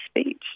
speech